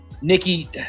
Nikki